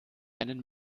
einen